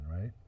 right